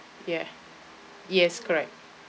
ya yes correct